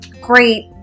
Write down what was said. Great